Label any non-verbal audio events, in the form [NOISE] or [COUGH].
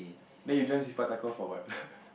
then you join Sepak takraw for what [LAUGHS]